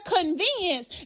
convenience